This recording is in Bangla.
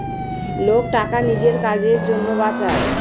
লোক টাকা নিজের কাজের জন্য বাঁচায়